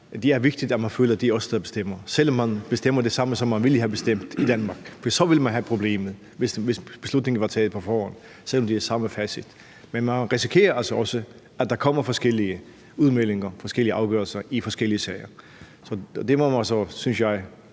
det er vigtigt, at man føler: Det er os, der bestemmer. Det gælder, selv om man bestemmer det samme, som man ville have bestemt i Danmark. For så ville man have problemet, hvis beslutningen var taget på forhånd, selv om det var samme facit. Men man risikerer altså også, at der kommer forskellige udmeldinger, forskellige afgørelser i forskellige sager. Det må man så, synes jeg,